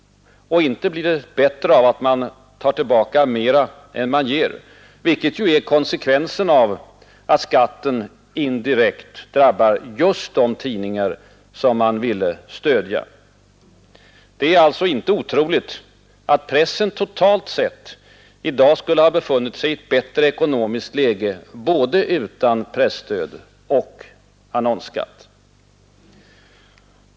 Och inte blir det bättre av att man tar tillbaka mera än man ger, vilket är konsekvensen av att skatten indirekt drabbar just de tidningar som man ville stödja. Det är alltså inte otroligt att pressen totalt sett i dag skulle ha befunnit sig i ett bättre ekonomiskt läge utan både presstöd och annonsskatt.